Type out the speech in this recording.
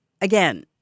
Again